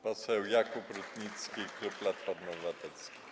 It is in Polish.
Poseł Jakub Rutnicki, klub Platforma Obywatelska.